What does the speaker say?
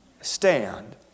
stand